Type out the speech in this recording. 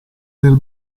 nel